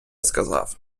сказав